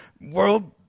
world